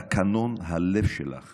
תקנון הלב שלך